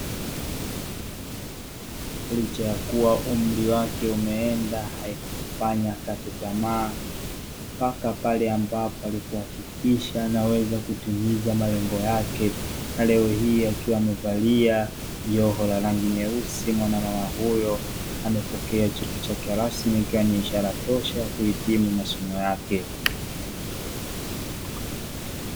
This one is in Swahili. Licha ya kuwa umri wake umeenda, haikumfanya akate tamaa mpaka pale ambapo alipohakikisha anaweza kutimiza malengo yake, na leo hii akiwa amevalia joho la rangi nyeusi mwanamama huyo amepokea cheti chake rasmi; ikiwa ni ishara tosha ya kuhitimu masomo yake.